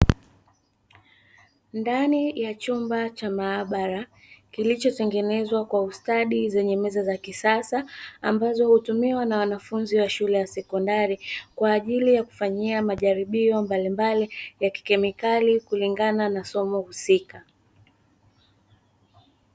Ndani ya chumba cha maabara kilichotengenezwa kwa ustadi zenye meza za kisasa ambazo hutumiwa na wanafunzi wa shule ya sekondari, kwa ajili ya kufanyia majaribio mbalimbali ya kikemikali kulingana na somo husika.